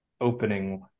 opening